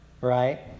Right